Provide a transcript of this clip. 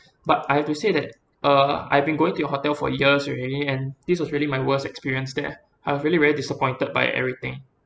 but I have to say that uh I've been going to your hotel for years already and this was really my worst experience there I was really very disappointed by everything